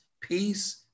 peace